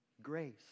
Grace